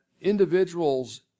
individuals